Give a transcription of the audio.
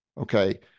Okay